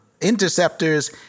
interceptors